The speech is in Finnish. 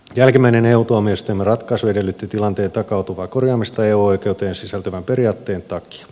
jälkimmäinen eu tuomioistuimen ratkaisu edellytti tilanteen takautuvaa korjaamista eu oikeuteen sisältyvän periaatteen takia